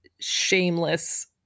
shameless